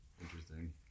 interesting